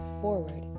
forward